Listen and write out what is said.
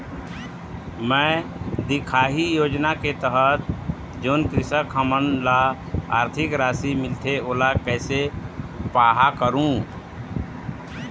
मैं दिखाही योजना के तहत जोन कृषक हमन ला आरथिक राशि मिलथे ओला कैसे पाहां करूं?